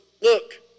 look